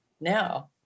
now